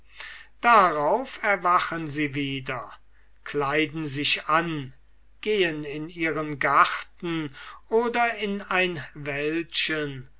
darauf erwachen sie wieder kleiden sich an gehen in ihren garten oder in ein wäldchen